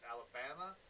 Alabama